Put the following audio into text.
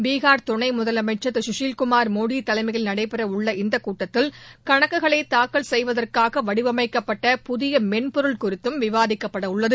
பீகார் துணை முதலமைச்சர் திரு சுசில் குமார் மோடி தலைமையில் நடைபெறவுள்ள இந்த கூட்டத்தில் கணக்குகளை தாகக்ல் செய்வதற்காக வடிவமைக்கப்பட்ட புதிய மென்பொருள் குறித்தும் விவாதிக்கப்படவுள்ளது